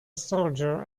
soldier